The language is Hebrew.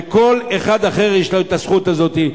וכל אחד אחר יש לו הזכות הזאת.